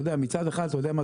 מצד אחד, אתה יודע מה?